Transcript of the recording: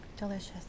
Delicious